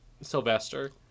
Sylvester